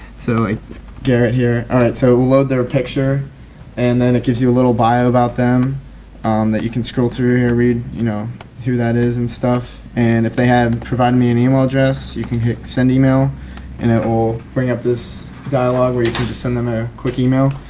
so like garrett here all right so load their picture and then it gives you a little bio about them that you can scroll through here read you know who that is and stuff and if they had provided me an email address you can hit send email and it will bring up this dialog where you can just send them a quick email.